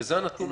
זה הנתון